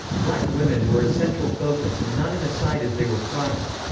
black women were a central focus and not an aside as they were prior.